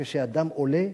כשאדם עולה,